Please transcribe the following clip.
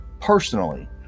personally